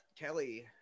Kelly